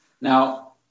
Now